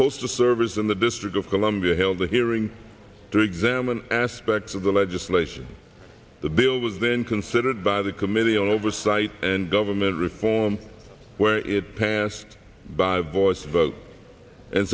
postal service in the district of columbia held the hearing to examine aspects of the legislation the bill was then considered by the committee on oversight and government reform where it passed by voice vote and